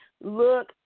look